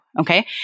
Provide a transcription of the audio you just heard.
Okay